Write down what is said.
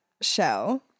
show